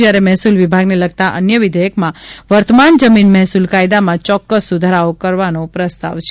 જ્યારે મહેસુલ વિભાગને લગતાં અન્ય વિધેયકમાં વર્તમાન જમીન મહેસૂલ કાયદામાં ચોક્કસ સુધારાઓ કરવાનો પ્રસ્તાવ છે